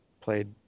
played